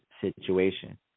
situation